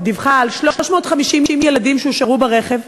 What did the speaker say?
דיווחה על 350 ילדים שהושארו ברכב,